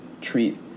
treat